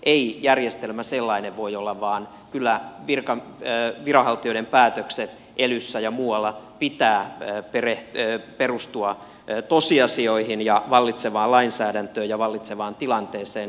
ei järjestelmä sellainen voi olla vaan kyllä viranhaltijoiden päätösten elyssä ja muualla pitää perustua tosiasioihin ja vallitsevaan lainsäädäntöön ja vallitsevaan tilanteeseen